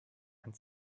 and